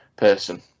person